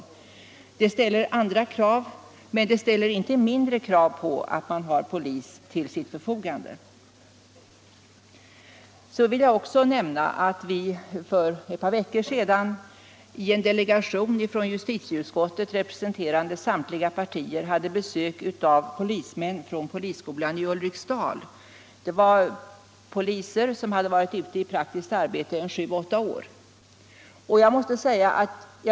Där uppe ställs andra krav, men behovet av att ha polis till sitt förfogande är därför inte mindre. Jag vill också nämna att en delegation från justitieutskottet representerande samtliga partier för ett par veckor sedan hade besök av polismän från polisskolan i Ulriksdal. Det var poliser som hade varit ute i praktiskt arbete sju till åtta år.